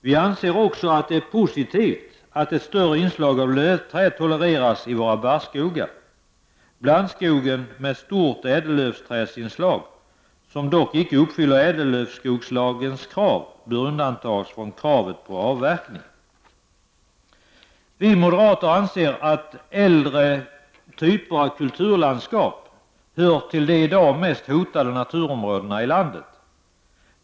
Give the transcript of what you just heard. Vi anser också att det är positivt att ett större inslag av lövträd tolereras i våra barrskogar. Blandskogen med ett stort ädellövsträdsinslag, som dock inte uppfyller ädellövsskogslagens krav, bör undantas från kravet på avverkning. Vi moderater anser att äldre typer av kulturlandskap hör till de i dag mest hotade naturområdena i landet.